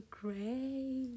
great